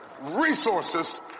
resources